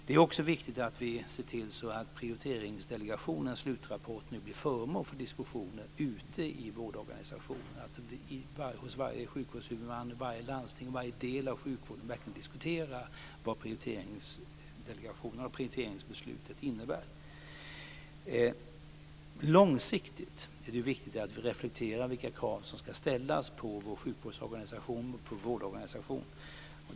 Det är också viktigt att vi ser till att Prioriteringsdelegationens slutrapport nu blir föremål för diskussioner ute i vårdorganisationen, att varje sjukvårdshuvudman, varje landsting och varje del av sjukvården verkligen diskuterar vad prioriteringsbeslutet innebär. Långsiktigt är det viktigt att vi reflekterar över vilka krav som ska ställas på vår vårdorganisation.